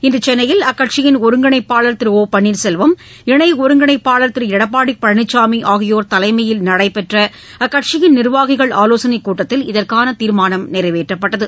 இன்று சென்னையில் அக்கட்சியின் ஒருங்கிணைப்பாளர் திரு ஒ பன்னீர்செல்வம் இணை ஒருங்கிணைப்பாளர் திரு எடப்பாடி பழனிசாமி ஆகியோர் தலைமையில் நடைபெற்ற அக்கட்சிய்ன நிர்வாகிகள் தீர்மானம் நிறைவேற்றப்பட்டது